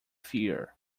fear